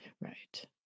Right